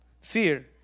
Fear